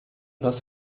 dass